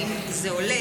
האם זה עולה?